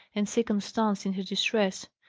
and see constance in her distress.